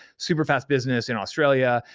superfastbusiness in australia,